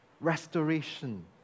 restoration